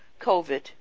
COVID